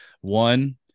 One